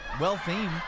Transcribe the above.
Well-themed